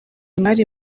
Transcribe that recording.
imari